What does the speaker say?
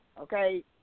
okay